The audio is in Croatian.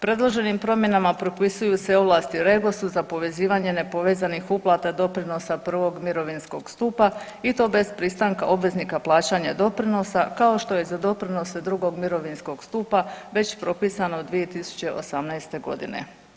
Predloženim promjenama propisuju se ovlasti u REGOS-u za povezivanje nepovezanih uplata doprinosa prvog mirovinskog stupa i to bez pristanka obveznika plaćanja doprinosa kao što je za doprinose drugog mirovinskog stupa već propisano 2018. godine.